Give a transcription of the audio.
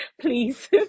Please